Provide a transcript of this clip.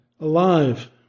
alive